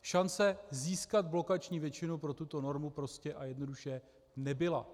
Šance získat blokační většinu pro tuto normu prostě a jednoduše nebyla.